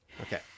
Okay